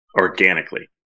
organically